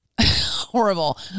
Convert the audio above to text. Horrible